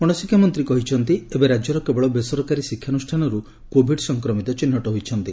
ଗଶଶିକ୍ଷା ମନ୍ତୀ କହିଛନ୍ତି ଏବେ ରାଜ୍ୟର କେବଳ ବେସରକାରୀ ଶିକ୍ଷାନୁଷ୍ଠାନରୁ କୋଭିଡ୍ ସଂକ୍ରମିତ ଚିହ୍ଟ ହୋଇଛନ୍ତି